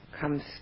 comes